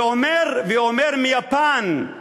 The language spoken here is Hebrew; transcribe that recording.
ואומר מיפן: